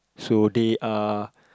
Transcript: so they are